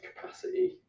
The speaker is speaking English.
capacity